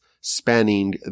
spanning